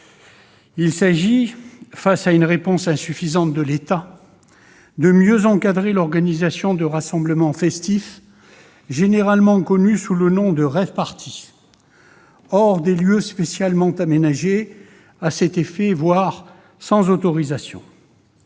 Il s'agit, la réponse de l'État étant insuffisante, de mieux encadrer l'organisation de rassemblements festifs, généralement connus sous le nom de rave-parties, hors des lieux spécialement aménagés à cet effet, voire sans autorisation.